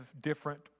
different